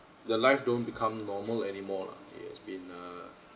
the life don't become normal anymore lah it has been err